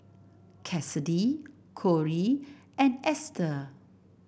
Cassidy Korey and Esther